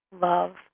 love